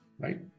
right